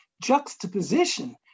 juxtaposition